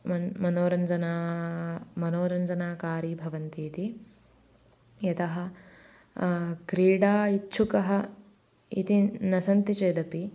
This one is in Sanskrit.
मन् मनोरञ्जनं मनोरञ्जनकारिण्यः भवन्ति इति यतः क्रीडा इच्छुकः एते न सन्ति चेदपि